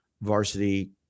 varsity